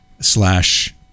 slash